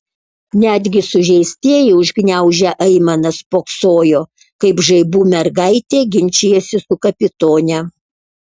netgi sužeistieji užgniaužę aimanas spoksojo kaip žaibų mergaitė ginčijasi su kapitone